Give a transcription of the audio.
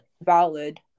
valid